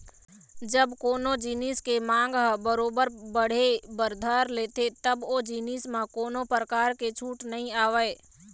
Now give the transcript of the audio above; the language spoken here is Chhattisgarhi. जब कोनो जिनिस के मांग ह बरोबर बढ़े बर धर लेथे तब ओ जिनिस म कोनो परकार के छूट नइ आवय